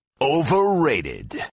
Overrated